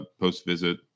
post-visit